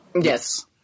Yes